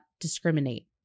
Discriminate